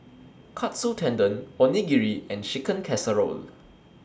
Katsu Tendon Onigiri and Chicken Casserole